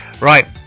Right